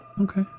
Okay